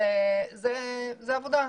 זו עבודה.